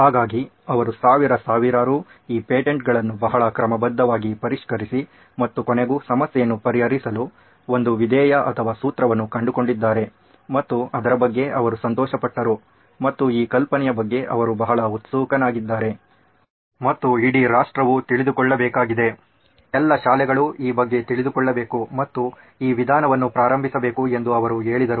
ಹಾಗಾಗಿ ಅವರು ಸಾವಿರ ಸಾವಿರಾರು ಈ ಪೇಟೆಂಟ್ಗಳನ್ನು ಬಹಳ ಕ್ರಮಬದ್ಧವಾಗಿ ಪರಿಷ್ಕರಿಸಿ ಮತ್ತು ಕೊನೆಗೂ ಸಮಸ್ಯೆಯನ್ನು ಪರಿಹರಿಸಲು ಒಂದು ವಿಧೇಯ ಅಥವಾ ಸೂತ್ರವನ್ನು ಕಂಡುಕೊಂಡಿದ್ದಾರೆ ಮತ್ತು ಅದರ ಬಗ್ಗೆ ಅವರು ಸಂತೋಷಪಟ್ಟರು ಮತ್ತು ಈ ಕಲ್ಪನೆಯ ಬಗ್ಗೆ ಅವರು ಬಹಳ ಉತ್ಸುಕನಾಗಿದ್ದಾರೆ ಮತ್ತು ಇಡೀ ರಾಷ್ಟ್ರವು ತಿಳಿದುಕೊಳ್ಳಬೇಕಾಗಿದೆ ಎಲ್ಲಾ ಶಾಲೆಗಳು ಈ ಬಗ್ಗೆ ತಿಳಿದುಕೊಳ್ಳಬೇಕು ಮತ್ತು ಈ ವಿಧಾನವನ್ನು ಪ್ರಾರಂಭಿಸಬೇಕು ಎಂದು ಅವರು ಹೇಳಿದರು